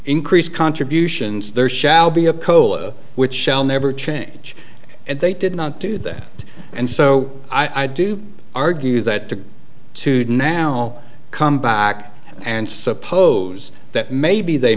increase contributions there shall be a cola which shall never change and they did not do that and so i do argue that the tube now come back and suppose that maybe they